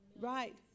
Right